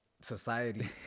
society